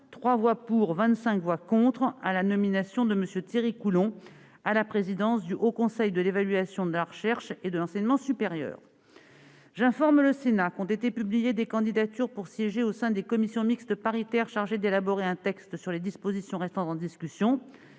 3 voix pour, 25 voix contre -à la nomination de M. Thierry Coulhon à la présidence du Haut Conseil de l'évaluation de la recherche et de l'enseignement supérieur. J'informe le Sénat qu'ont été publiées des candidatures pour siéger au sein des commissions mixtes paritaires chargées d'élaborer un texte sur les dispositions restant en discussion